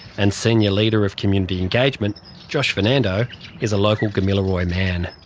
and senior leader of community engagement josh fernando is a local kamilaroi man.